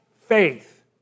faith